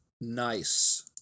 nice